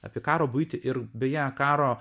apie karo buitį ir beje karo